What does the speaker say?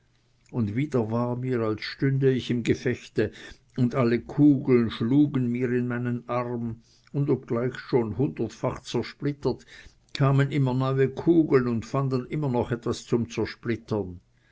und wieder war mir als stünde ich im gefechte und alle kugeln schlügen mir in meinen arm und obgleich schon hundertfach zersplittert kamen immer neue kugeln und fanden immer noch etwas zum zersplittern